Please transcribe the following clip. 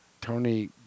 Tony